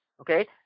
Okay